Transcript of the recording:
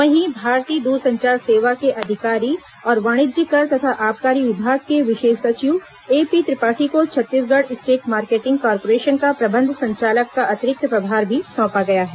वहीं भारतीय दूरसंचार सेवा के अधिकारी और वाणिज्यिक कर तथा आबकारी विभाग के विशेष सचिव एपी त्रिपाठी को छत्तीसगढ़ स्टेट मार्केटिंग कार्पोरेशन का प्रबंध संचालक का अतिरिक्त प्रभार भी सौंपा गया है